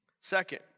Second